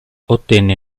ottenne